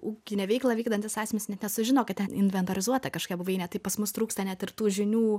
ūkinę veiklą vykdantys asmenys net nesužino kad ten inventorizuota kažkokia buveinė tai pas mus trūksta net ir tų žinių